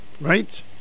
right